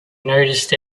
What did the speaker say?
noticed